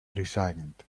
resigned